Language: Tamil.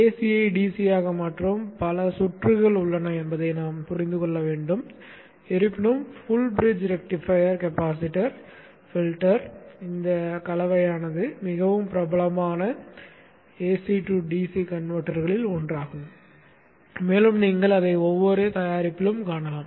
ஏசியை டிசியாக மாற்றும் பல சுற்றுகள் உள்ளன என்பதை நாம் புரிந்து கொள்ள வேண்டும் இருப்பினும் full bridge rectifier capacitor filter கலவையானது மிகவும் பிரபலமான ஏசி டு டிசி கன்வெர்ட்டர்களில் ஒன்றாகும் மேலும் நீங்கள் அதை ஒவ்வொரு தயாரிப்பிலும் காணலாம்